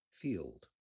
field